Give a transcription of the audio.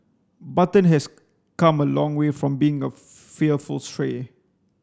button has come a long way from being a fearful stray